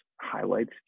highlights